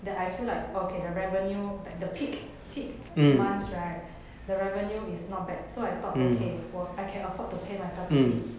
that I feel like oh okay the revenue like the peak peak months the revenue is not bad so I thought okay 我 I can afford to pay a bit